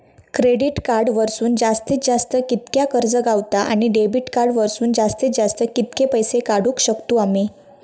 Credit card वरसून जास्तीत जास्त कितक्या कर्ज गावता, आणि डेबिट कार्ड वरसून जास्तीत जास्त कितके पैसे काढुक शकतू आम्ही?